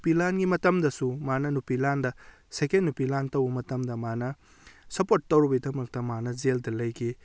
ꯅꯨꯄꯤ ꯂꯥꯟꯒꯤ ꯃꯇꯝꯗꯁꯨ ꯃꯥꯅ ꯅꯨꯄꯤ ꯂꯥꯟꯗ ꯁꯦꯀꯦꯟ ꯅꯨꯄꯤ ꯂꯥꯟ ꯇꯧꯕ ꯃꯇꯝꯗ ꯃꯥꯅ ꯁꯄꯣꯔꯠ ꯇꯧꯔꯨꯕꯩꯗꯃꯛꯇ ꯃꯥꯅ ꯖꯦꯜꯗ ꯂꯩꯈꯤ